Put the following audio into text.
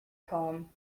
poem